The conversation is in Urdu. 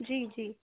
جی جی